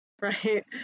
right